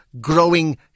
Growing